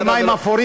זה מים אפורים,